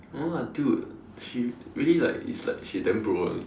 no lah dude she really like it's like she damn bro [one]